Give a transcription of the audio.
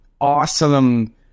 awesome